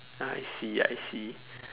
I see I see